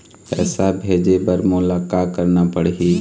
पैसा भेजे बर मोला का करना पड़ही?